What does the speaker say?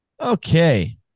Okay